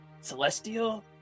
celestial